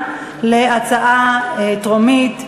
ההצעה התקבלה בקריאה שלישית,